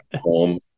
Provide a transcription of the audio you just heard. home